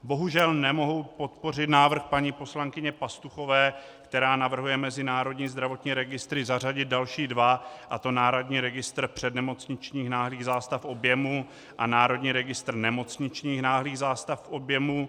Bohužel nemohu podpořit návrh paní poslankyně Pastuchové, která navrhuje jako mezi národní zdravotní registry zařadit další dva, a to Národní registr přednemocničních náhlých zástav oběhu a Národní registr nemocničních náhlých zástav oběhu.